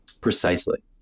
Precisely